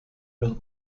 los